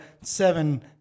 seven